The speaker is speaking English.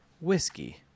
Whiskey